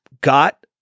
got